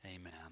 Amen